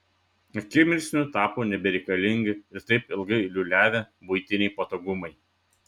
akimirksniu tapo nebereikalingi ir taip ilgai liūliavę buitiniai patogumai